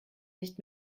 nicht